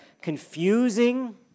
confusing